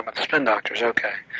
but spin doctors, okay.